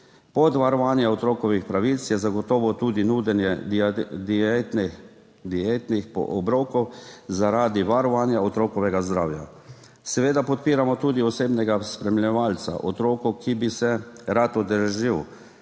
Pot varovanja otrokovih pravic je zagotovo tudi nudenje dietnih, dietnih obrokov zaradi varovanja otrokovega zdravja. Seveda podpiramo tudi osebnega spremljevalca otroku, ki bi se rad udeležil